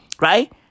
right